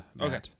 Okay